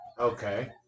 Okay